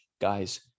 guys